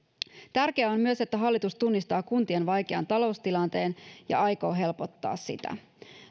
tärkeää on myös että hallitus tunnistaa kuntien vaikean taloustilanteen ja aikoo helpottaa sitä